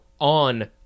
on